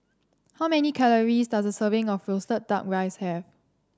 how many calories does a serving of roasted duck rice have